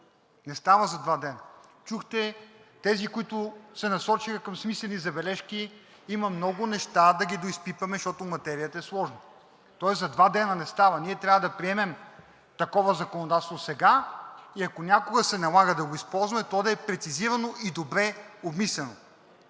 не става за два дни! Чухте тези, които се насочиха към смислени забележки, има много неща да ги доизпипваме, защото материята е сложна. Тоест за два дни не става. Ние трябва да приемем такова законодателство сега и ако някога се налага, да го използваме, то да е прецизирано и добре обмислено.